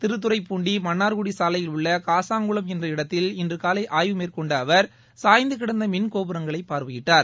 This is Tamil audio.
திருத்துறைப்பூண்டி மன்னார்குடி சாலையில் உள்ள காசாங்குளம் என்ற இடத்தில் இன்று காலை ஆய்வு மேற்கொண்ட அவர் சாய்ந்து கிடந்த மின் கோபுரங்களை பார்வையிட்டார்